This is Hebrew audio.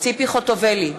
ציפי חוטובלי,